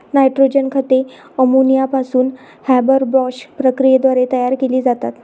nitrogen खते ammonia पासून Haber Bosch प्रक्रियेद्वारे तयार केली जातात